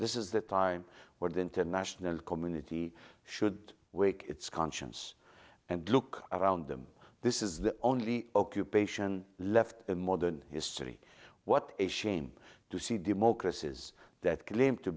this is the time where the international community should wake its conscience and look around them this is the only occupation left in modern history what a shame to see democracies that